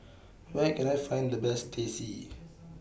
Where Can I Find The Best Teh C